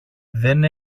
δεν